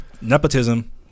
nepotism